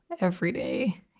everyday